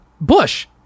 Bush